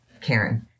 Karen